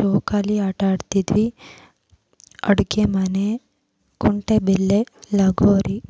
ಜೋಕಾಲಿ ಆಟ ಆಡ್ತಿದ್ವಿ ಅಡುಗೆ ಮನೆ ಕುಂಟೆಬಿಲ್ಲೆ ಲಗೋರಿ